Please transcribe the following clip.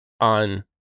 on